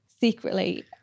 secretly